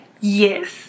Yes